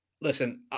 Listen